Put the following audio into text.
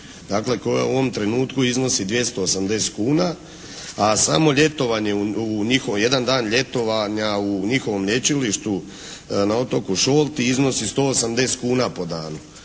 koja u ovom trenutku iznosi 280 kn, a samo ljetovanje, jedan dan ljetovanja u njihovom lječilištu na otoku Šolti iznosi 180 kn po danu.